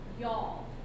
y'all